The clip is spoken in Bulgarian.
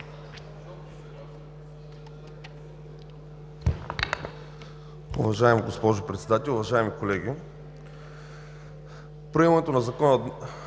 Уважаема госпожо Председател, уважаеми колеги! Приемането на Закона